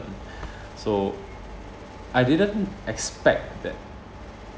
so I didn't expect that